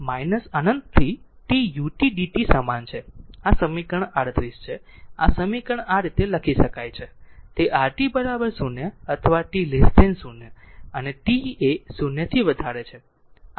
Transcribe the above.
આ સમીકરણ 38 છે આ સમીકરણ આ રીતે લખી શકાય છે તે rt 0 અથવા t 0 અને t એ 0 થી વધારે છે